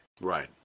Right